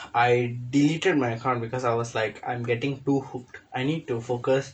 I deleted my account because I was like I'm getting too hooked I need to focus